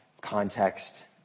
context